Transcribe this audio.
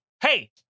hey